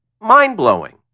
mind-blowing